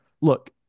Look